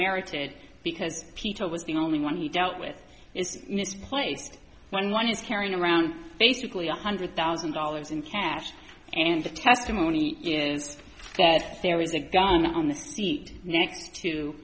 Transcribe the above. merited because peter was the only one he dealt with is misplaced when one is carrying around basically one hundred thousand dollars in cash and the testimony is that there was a gun on the seat next to